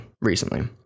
recently